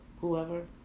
whoever